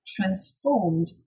transformed